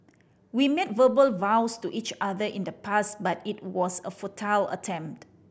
we made verbal vows to each other in the past but it was a futile attempt